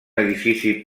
edifici